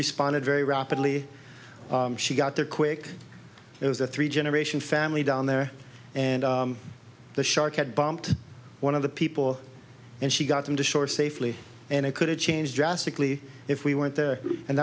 responded very rapidly she got there quick it was a three generation family down there and the shark had bumped one of the people and she got them to shore safely and it could have changed drastically if we went there and